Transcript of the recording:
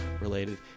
related